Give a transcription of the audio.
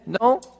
No